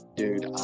dude